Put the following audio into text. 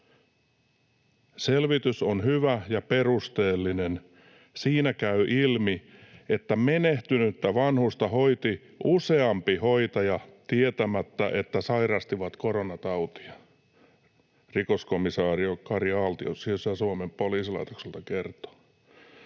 Selvitys on hyvä ja perusteellinen. Siinä käy ilmi, että menehtynyttä vanhusta hoiti useampi hoitaja tietämättä, että sairastivat koronatautia, rikoskomisario Kari Aaltio Sisä-Suomen poliisilaitokselta kertoo.”